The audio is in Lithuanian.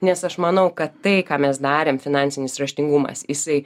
nes aš manau kad tai ką mes darėm finansinis raštingumas jisai